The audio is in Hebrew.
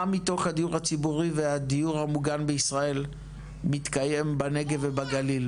מה מתוך הדיור הציבורי והדיור המוגן בישראל מתקיים בנגב ובגליל,